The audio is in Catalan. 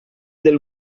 del